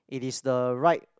it is the right